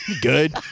good